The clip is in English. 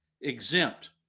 exempt